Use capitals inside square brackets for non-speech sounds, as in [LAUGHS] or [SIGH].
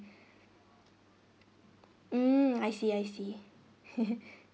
mm I see I see [LAUGHS]